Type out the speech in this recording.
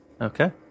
Okay